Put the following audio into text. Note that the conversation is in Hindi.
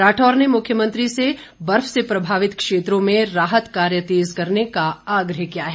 राठौर ने मुख्यमंत्री से बर्फ से प्रभावित क्षेत्रों में राहत कार्य तेज करने का आग्रह किया है